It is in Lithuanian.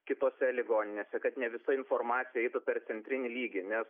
kitose ligoninėse kad ne visa informacija eitų per centrinį lygį nes